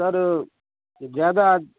sir ज्यादा